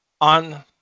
on